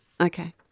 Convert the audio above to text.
Okay